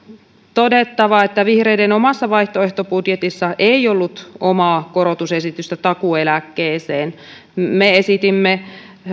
todettava että vihreiden omassa vaihtoehtobudjetissa ei ollut omaa korotusesitystä takuueläkkeeseen me esitimme